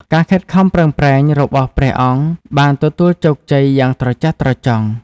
ការខិតខំប្រឹងប្រែងរបស់ព្រះអង្គបានទទួលជោគជ័យយ៉ាងត្រចះត្រចង់។